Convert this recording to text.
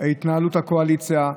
התנהלות הקואליציה.